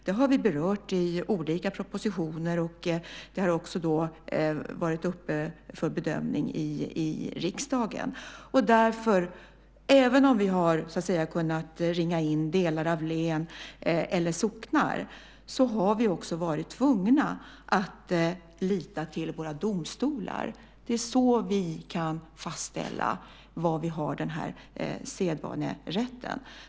Det har vi berört i olika propositioner, det har också varit uppe för bedömning i riksdagen. Även om vi har kunnat ringa in delar av län eller socknar, har vi också varit tvungna att lita till våra domstolar. Det är så vi kan fastställa var vi har den här sedvanerätten.